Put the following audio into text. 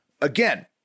Again